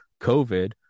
COVID